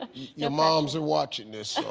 your moms are watching this, so.